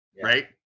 right